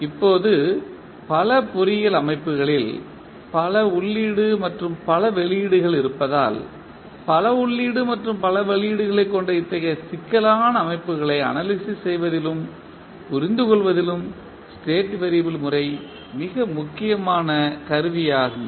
இப்போது பல பொறியியல் அமைப்புகளில் பல உள்ளீடு மற்றும் பல வெளியீடுகள் இருப்பதால் பல உள்ளீடு மற்றும் பல வெளியீடுகளைக் கொண்ட இத்தகைய சிக்கலான அமைப்புகளை அனாலிசிஸ் செய்வதிலும் புரிந்து கொள்வதிலும் ஸ்டேட் வெறியபிள் முறை மிக முக்கியமான கருவியாகும்